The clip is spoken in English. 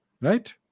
right